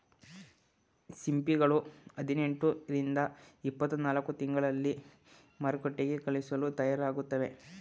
ಸಿಂಪಿಗಳು ಹದಿನೆಂಟು ರಿಂದ ಇಪ್ಪತ್ತನಾಲ್ಕು ತಿಂಗಳಲ್ಲಿ ಮಾರುಕಟ್ಟೆಗೆ ಕಳಿಸಲು ತಯಾರಾಗುತ್ತವೆ